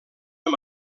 amb